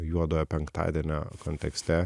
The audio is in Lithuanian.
juodojo penktadienio kontekste